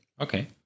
Okay